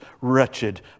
wretched